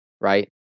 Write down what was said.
Right